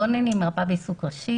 ברמה ארצית כי לא יהיה לי רכז.